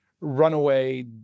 runaway